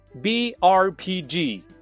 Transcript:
BRPG